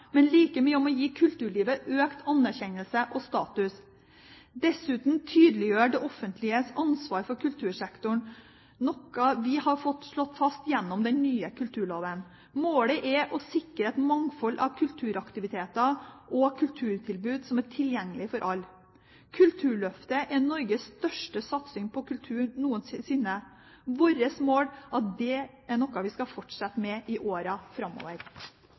men like mye om å gi kulturlivet økt anerkjennelse og status og dessuten tydeliggjøre det offentliges ansvar for kultursektoren, noe vi har fått slått fast gjennom den nye kulturloven. Målet er å sikre et mangfold av kulturaktiviteter og kulturtilbud som er tilgjengelig for alle. Kulturløftet er Norges største satsing på kultur noensinne. Vårt mål er at det er noe vi skal fortsette med i årene framover.